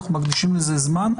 אנחנו מקדישים לזה זמן.